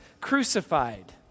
crucified